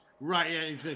Right